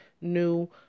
new